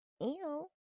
Ew